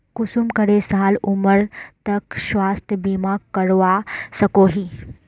कुंसम करे साल उमर तक स्वास्थ्य बीमा करवा सकोहो ही?